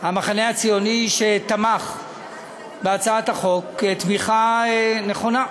שתמך בהצעת החוק תמיכה נכונה.